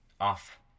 off